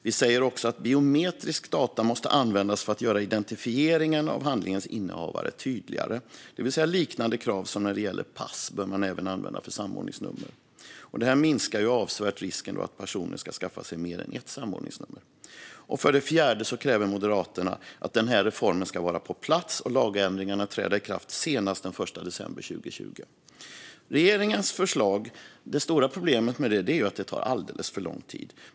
Vi säger också att biometriska data måste användas för att göra identifieringen av handlingens innehavare tydligare. Liknande krav som när det gäller pass bör alltså även användas för samordningsnummer. Detta minskar avsevärt risken att personer skaffar sig mer än ett samordningsnummer. Slutligen kräver Moderaterna att denna reform ska vara på plats och lagändringarna träda i kraft senast den 1 december 2020. Det stora problemet med regeringens förslag är att det tar alldeles för lång tid.